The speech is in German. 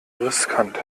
riskant